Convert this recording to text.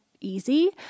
easy